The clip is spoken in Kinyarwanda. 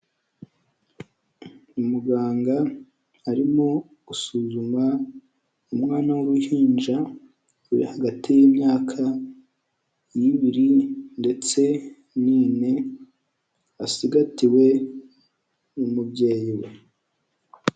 Umuganga arimo gusuzuma umwana w'uruhinja ruri hagati y'imyaka nk'ibiriri ndetse n'ine, asigatiwe n'umubyeyi we.